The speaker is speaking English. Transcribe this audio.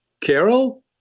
Carol